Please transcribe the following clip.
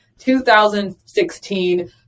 2016